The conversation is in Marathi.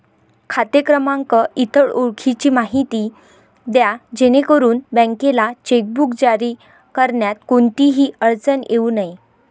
खाते क्रमांक, इतर ओळखीची माहिती द्या जेणेकरून बँकेला चेकबुक जारी करण्यात कोणतीही अडचण येऊ नये